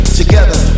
together